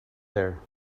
there